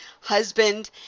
husband